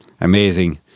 Amazing